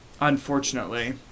unfortunately